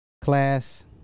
Class